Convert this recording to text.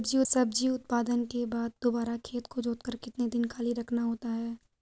सब्जी उत्पादन के बाद दोबारा खेत को जोतकर कितने दिन खाली रखना होता है?